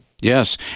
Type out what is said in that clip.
Yes